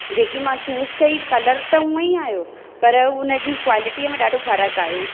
जेकी मां चूस कई कलर त उहो ई आयो पर उन जी क्वालिटीअ में ॾाढो फ़र्क़ु आयो